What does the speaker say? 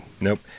Nope